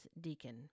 Deacon